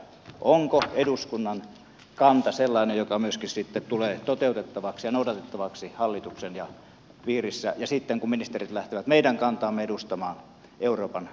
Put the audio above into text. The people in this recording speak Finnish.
onko eduskunnan kanta sellainen joka tulee toteutettavaksi ja noudatettavaksi myöskin hallituksen piirissä ja sitten kun ministerit lähtevät meidän kantaamme edustamaan euroopan kokouksiin